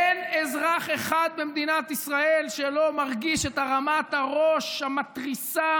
אין אזרח אחד במדינת ישראל שלא מרגיש את הרמת הראש המתריסה